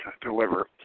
deliver